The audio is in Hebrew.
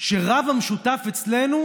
שרב המשותף אצלנו